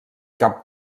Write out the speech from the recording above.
cap